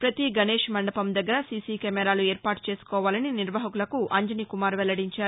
ప్రతి గణేష్ మండపం దగ్గర సీసీ కెమెరాలు ఏర్పాటు చేసుకోవాలని నిర్వాహకులకు అంజనీ కుమార్ వెల్లడించారు